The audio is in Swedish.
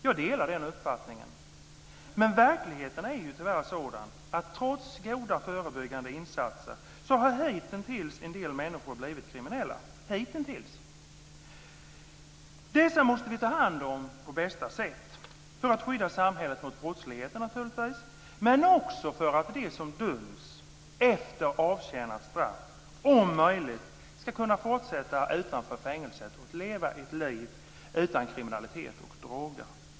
Jag delar den uppfattningen, men verkligheten är tyvärr sådan att en del människor hitintills, trots goda förebyggande insatser, har blivit kriminella. Dessa måste vi ta hand om på bästa sätt för att skydda samhället mot brottsligheten, naturligtvis, men också för att de som döms efter avtjänat straff om möjligt ska kunna fortsätta utanför fängelset och leva ett liv utan kriminalitet och droger.